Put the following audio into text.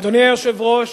אדוני היושב-ראש,